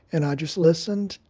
and i just listened,